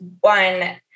one